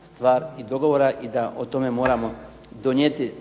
stvar i dogovora i da o tome moramo donijeti